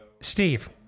Steve